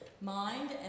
mind